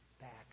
back